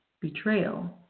betrayal